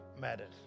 matters